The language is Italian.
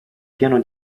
piano